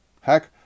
Heck